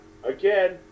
Again